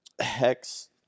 hex